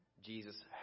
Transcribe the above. Jesus